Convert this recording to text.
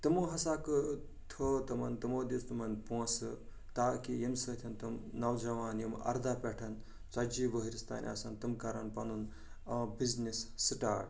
تِمو ہسا کٔہ تھوٚو تِمَن تِمو دِژ تِمن پونٛسہٕ تاکہِ ییٚمہِ سۭتۍ تِم نوجوان یِم ارداہ پٮ۪ٹھ ژتجی ؤہرِس تام آسن تِم کَرن پنُن آ بِزنِس سِٹاٹ